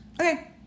Okay